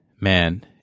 man